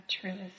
truest